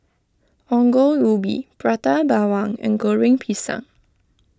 Ongol Ubi Prata Bawang and Goreng Pisang